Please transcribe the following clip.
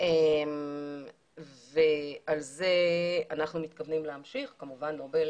וזה כדי